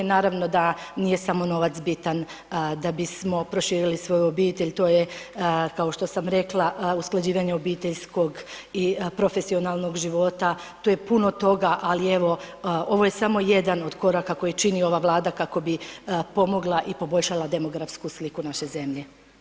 Naravno da nije samo novac bitan da bismo proširili svoju obitelj to je kao što sam rekla usklađivanje obiteljskog i profesionalnog života, tu je puno toga ali evo ovo je samo jedan od koraka koji čini ova Vlada kao bi pomogla i poboljšala demografsku sliku naše zemlje.